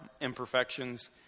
imperfections